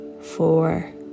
four